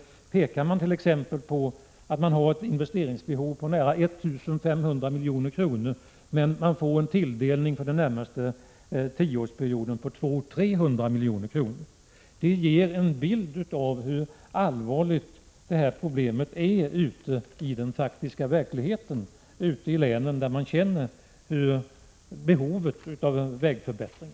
I Älvsborgs län pekar man på att man har ett investeringsbehov på nära 1 500 milj.kr. men man får en tilldelning för den nämaste tioårsperioden på 200 — 300 milj.kr. Det ger en bild av hur allvarligt problemet är ute i den faktiska verkligheten, ute i länen, där man känner behovet av vägförbättring.